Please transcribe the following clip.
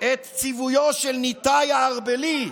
את ציוויו של נתאי הארבלי: